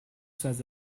says